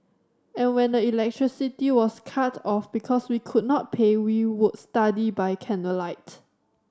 and when the electricity was cut off because we could not pay we would study by candlelight